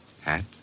Hat